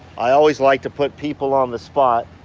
i always like to put people on the spot,